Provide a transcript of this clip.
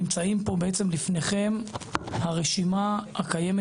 נמצאים פה בעצם לפניכם הרשימה הקיימת